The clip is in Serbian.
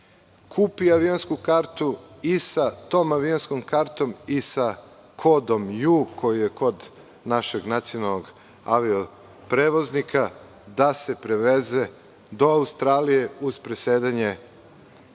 kupi avionsku kartu i sa tom avionskom kartom i sa kodom JU koji je kod našeg nacionalnog avio prevoznika, da se preveze do Australije uz presedanje